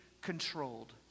controlled